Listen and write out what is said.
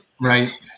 Right